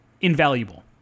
Invaluable